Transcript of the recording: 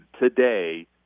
today